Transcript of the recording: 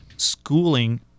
schooling